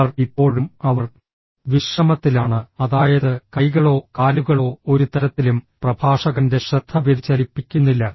അവർ ഇപ്പോഴും അവർ വിശ്രമത്തിലാണ് അതായത് കൈകളോ കാലുകളോ ഒരു തരത്തിലും പ്രഭാഷകന്റെ ശ്രദ്ധ വ്യതിചലിപ്പിക്കുന്നില്ല